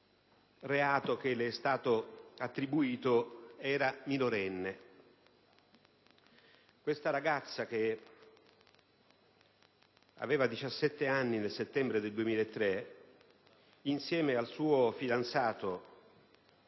reato che le è stato attribuito era minorenne. Questa ragazza, che aveva 17 anni nel settembre del 2003, insieme al suo fidanzato,